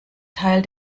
teil